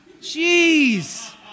Jeez